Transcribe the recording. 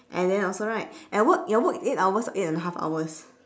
and then also right at work your work is eight hours or eight and a half hours